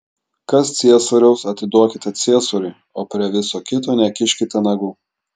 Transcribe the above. kas ciesoriaus atiduokite ciesoriui o prie viso kito nekiškite nagų